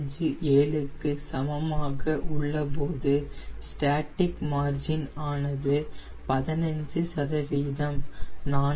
657 க்கு சமமாக உள்ளபோது ஸ்டேட்டிக் மார்ஜின் ஆனது 15